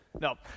No